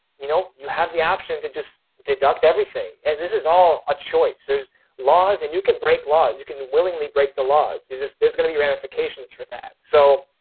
you know, you have the option to just deduct everything. and this is all a choice there's laws, and you can break laws. you can willingly break the laws is this there's going to be ramifications for that. so